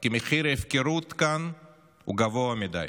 כי מחיר ההפקרות כאן הוא גבוה מדי.